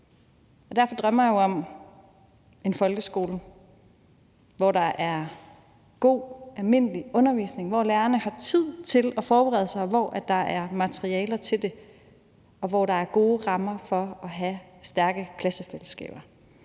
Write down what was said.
Derfor drømmer jeg om en folkeskole, hvor der er god, almindelig undervisning, hvor lærerne har tid til at forberede sig, hvor der er materialer til det, og hvor der er gode rammer for at have stærke klassefællesskaber.